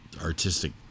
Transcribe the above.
artistic